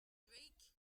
drake